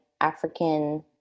African